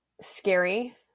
scary